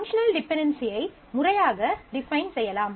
functional dependency ஐ முறையாக define செய்யலாம்